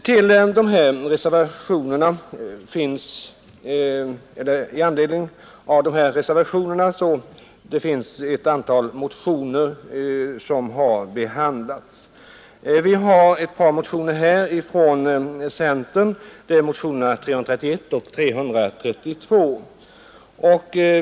Till grund för reservationerna ligger ett antal motioner som har behandlats i utskottet, bl.a. ett par från centern, 331 och 332.